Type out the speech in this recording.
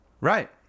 Right